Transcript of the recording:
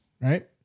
Right